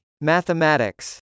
Mathematics